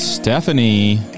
Stephanie